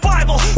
Bible